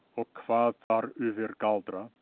ok kvad thar yfir galdra,